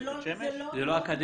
זה לא אקדמי.